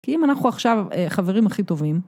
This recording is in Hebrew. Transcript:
כי אם אנחנו עכשיו חברים הכי טובים...